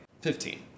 Fifteen